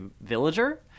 villager